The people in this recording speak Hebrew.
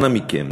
אנא מכם,